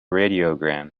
radiogram